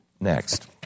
Next